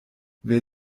wer